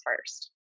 first